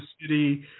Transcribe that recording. city